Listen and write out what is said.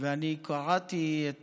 ואני קראתי את